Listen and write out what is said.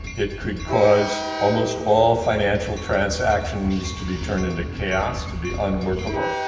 it could cause almost all financial transactions to be turned into chaos, to be unworkable,